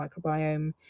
microbiome